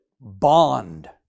BOND